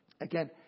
Again